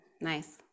Nice